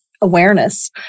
awareness